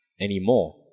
anymore